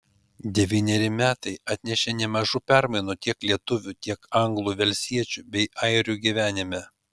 devyneri metai atnešė nemažų permainų tiek lietuvių tiek anglų velsiečių bei airių gyvenime